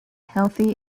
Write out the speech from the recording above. healthy